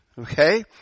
okay